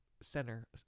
center